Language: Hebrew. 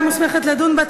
אין מתנגדים ואין נמנעים.